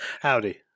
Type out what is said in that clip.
Howdy